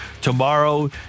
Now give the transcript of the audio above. Tomorrow